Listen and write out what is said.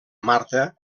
marta